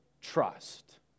trust